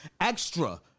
extra